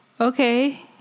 okay